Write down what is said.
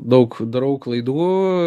daug darau klaidų